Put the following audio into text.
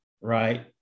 right